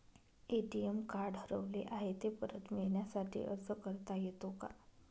ATM card हरवले आहे, ते परत मिळण्यासाठी अर्ज करता येतो का?